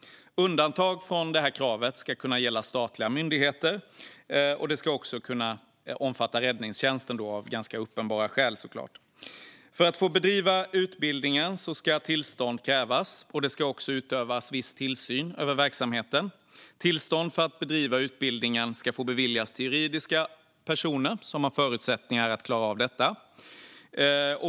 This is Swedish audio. Undantag från kravet ska kunna gälla statliga myndigheter, och det ska av uppenbara skäl kunna omfatta räddningstjänsten. För att få bedriva utbildningen ska tillstånd krävas. Det ska också utövas viss tillsyn över verksamheten. Tillstånd för att bedriva utbildningen ska få beviljas juridiska personer som har förutsättningar för att klara av detta.